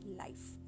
life